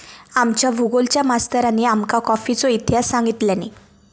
आमच्या भुगोलच्या मास्तरानी आमका कॉफीचो इतिहास सांगितल्यानी